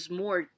more